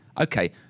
Okay